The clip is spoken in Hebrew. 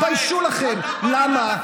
למה?